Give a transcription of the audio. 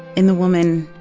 in the woman,